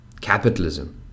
Capitalism